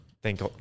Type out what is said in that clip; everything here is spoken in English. Thank